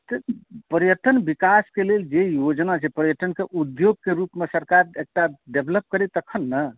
तऽ पर्यटन विकासके लेल जे योजना छै पर्यटनक उद्योगके रूपमे सरकार एकरा डेवलप करै तखन ने